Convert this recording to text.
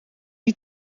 die